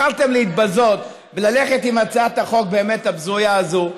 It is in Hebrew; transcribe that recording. בחרתם להתבזות וללכת עם הצעת החוק הבזויה הזו,